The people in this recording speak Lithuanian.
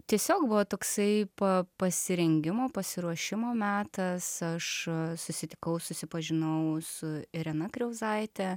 tiesiog buvo toksai pa pasirengimo pasiruošimo metas aš susitikau susipažinau su irena kriauzaite